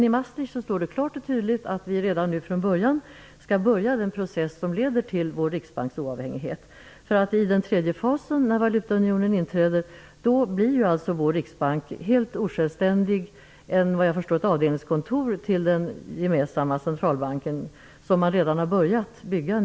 I Maastrichtavtalet står det klart och tydligt att vi redan från början skall starta den process som leder till vår riksbanks oavhängighet. I den tredje fasen, när valutaunionen inträder, blir vår riksbank ett helt osjälvständigt avdelningskontor, som jag förstått det, till den gemensamma centralbank som man redan har börjat bygga.